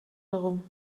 herum